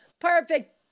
Perfect